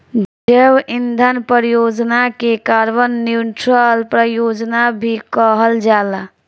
जैव ईंधन परियोजना के कार्बन न्यूट्रल परियोजना भी कहल जाला